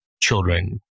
children